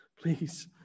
Please